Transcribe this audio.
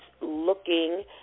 looking